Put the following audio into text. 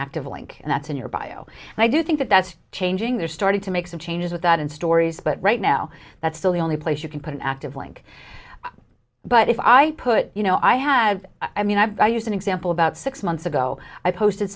active link and that's in your bio and i do think that that's changing they're starting to make some changes with that in stories but right now that's still the only place you can put an active link but if i put you know i have i mean i used an example about six months ago i posted